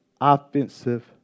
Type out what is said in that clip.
offensive